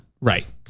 Right